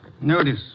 Notice